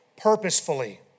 purposefully